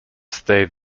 stayed